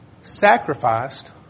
sacrificed